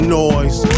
noise